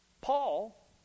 Paul